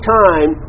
time